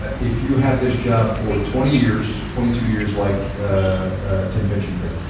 ah if you have this job for twenty years, twenty two years like ah tim finchem did,